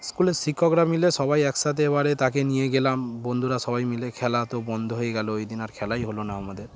স্কুলের শিক্ষকরা মিলে সবাই একসাথে এবারে তাকে নিয়ে গেলাম বন্ধুরা সবাই মিলে খেলা তো বন্ধ হয়ে গেল ওই দিন আর খেলাই হলো না আমাদের